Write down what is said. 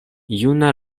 juna